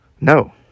No